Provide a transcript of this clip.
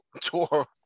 tour